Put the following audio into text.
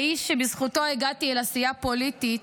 האיש שבזכותו הגעתי אל עשייה פוליטית,